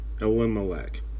Elimelech